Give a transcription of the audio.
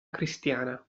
cristiana